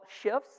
shifts